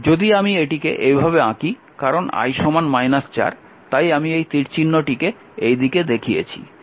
যদি আমি এটিকে এভাবে আঁকি কারণ I 4 তাই আমি এই তীরচিহ্নটিকে এই দিকে দেখিয়েছি